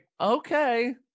Okay